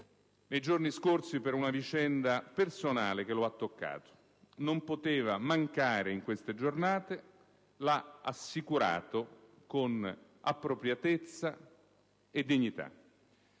nei giorni scorsi per una vicenda personale che lo ha toccato. Non poteva mancare in queste giornate. L'ha assicurato con appropriatezza e dignità.